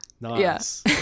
Nice